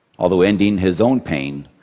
although ending his own pain,